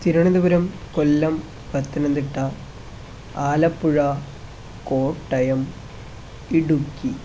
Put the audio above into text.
Thiruvananthapuram Kollam Pathanamthitta Alappuzha Kottayam Idukki